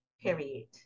period